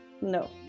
No